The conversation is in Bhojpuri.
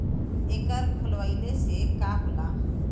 एकर खोलवाइले से का होला?